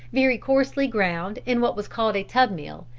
very coarsely ground in what was called a tub-mill,